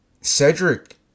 Cedric